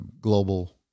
global